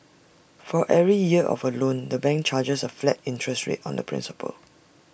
for every year of A loan the bank charges A flat interest rate on the principal